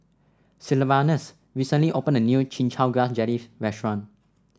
Sylvanus recently opened a new Chin Chow Grass Jelly restaurant